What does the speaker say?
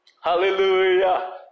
Hallelujah